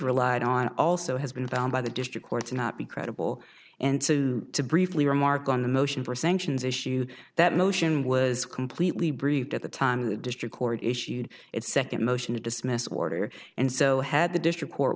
relied on also has been found by the district courts not be credible and to briefly remark on the motion for sanctions issue that motion was completely breathed at the time of the district court issued its second motion to dismiss order and so had the district court